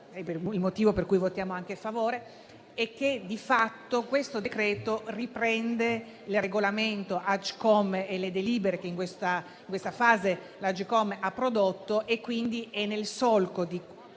Il motivo per cui votiamo a favore è che, di fatto, questo provvedimento riprende il regolamento Agcom e le delibere che in questa fase tale Autorità ha prodotto, quindi è nel solco di